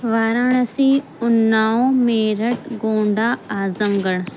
Varanasi Unnao Meerut Gonda Azam Garh